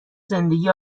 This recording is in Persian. زندگی